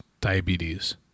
diabetes